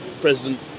President